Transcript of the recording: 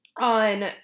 On